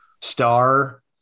star